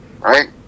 right